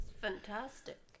fantastic